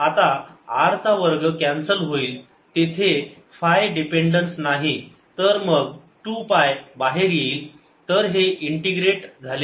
आता r चा वर्ग कॅन्सल होईल तेथे फाय डिपेन्डन्स नाही तर मग 2 पाय बाहेर येईल तर हे इंटिग्रेटेड झाले आहे